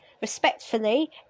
Respectfully